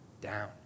down